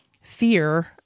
fear